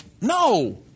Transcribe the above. No